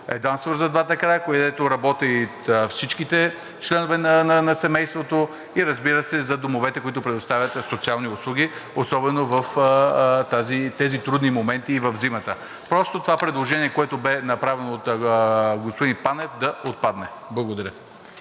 едвам свързват двата края, където работят всичките членове на семейството и разбира се, за домовете, които предоставят социални услуги, особено в тези трудни моменти и в зимата. Просто това предложение, което бе направено от господин Панев, да отпадне. Благодаря.